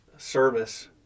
service